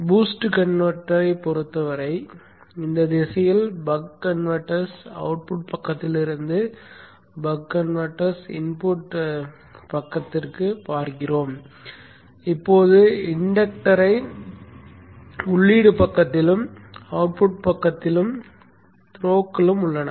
boost கன்வெர்ட்டரைப் பொறுத்தவரை இந்த திசையில் பக் கன்வெர்ட்டர்ஸ் அவுட்புட் பக்கத்திலிருந்து பக் கன்வெர்ட்டர்ஸ் இன்புட் பக்கத்திற்கு வருவதை பார்க்கிறோம் இப்போது இண்டக்டரை உள்ளீடு பக்கத்திலும் அவுட்புட் பக்கத்தில் த்ரோக்களும் உள்ளன